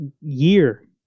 year